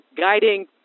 guiding